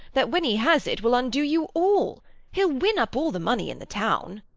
that, when he has it, will undo you all he'll win up all the money in the town.